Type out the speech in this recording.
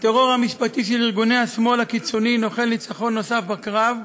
הטרור המשפטי של ארגוני השמאל הקיצוני נוחל ניצחון נוסף בקרב,